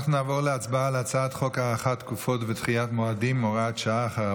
אנחנו נעבור להצבעה על הצעת חוק הארכת תקופות ודחיית מועדים (הוראת שעה,